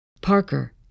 Parker